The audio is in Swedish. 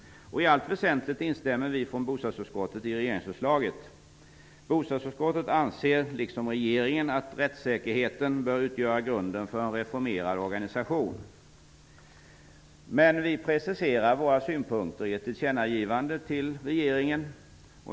I allt väsentligt instämmer vi från bostadsutskottet i regeringsförslaget. Bostadsutskottet anser, liksom regeringen, att rättssäkerheten bör utgöra grunden för en reformerad organisation. Vi preciserar våra synpunkter i ett tillkännagivande till regeringen.